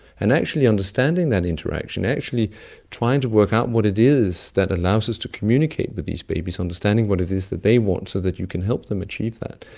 and actually understanding that interaction, actually trying to work out what it is that allows us to communicate with these babies, understanding what it is that they want so that you can help them achieve that,